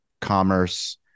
commerce